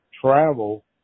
travel